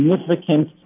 significant